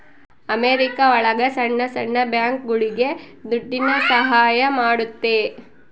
America ಒಳಗ ಸಣ್ಣ ಸಣ್ಣ ಬ್ಯಾಂಕ್ಗಳುಗೆ ದುಡ್ಡಿನ ಸಹಾಯ ಮಾಡುತ್ತೆ